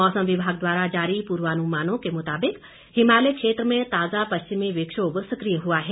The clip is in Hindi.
मौसम विभाग द्वारा जारी पूर्वानुमानों के मुताबिक हिमालय क्षेत्र में ताजा पश्चिमी विक्षोभ सक्रिय हुआ है